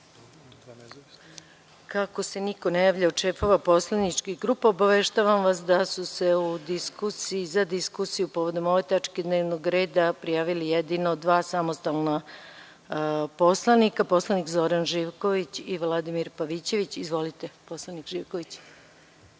se niko ne javlja od šefova poslaničkih grupa, obaveštavam vas da su se za diskusiju povodom ove tačke dnevnog reda prijavila jedino dva samostalna poslanika, poslanik Zoran Živković i poslanik Vladimir Pavićević. Reč ima poslanik Živković.